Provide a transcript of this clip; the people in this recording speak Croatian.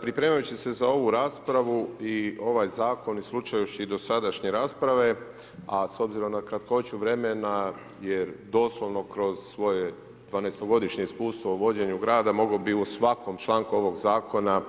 Pripremajući se za ovu raspravu i ovaj zakona i slušajući i dosadašnje rasprave, a s obzirom na kratkoću vremena, jer doslovno kroz svoje 12 godišnje iskustvo u vođenju grada, mogao bi u svakom članku ovog zakona